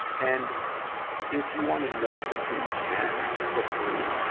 and if you wanna know something, you can, for free.